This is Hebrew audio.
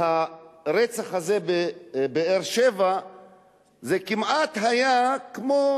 שהרצח הזה בבאר-שבע היה כמעט כמו